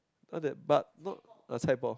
not that but not ah chai-poh